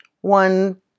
one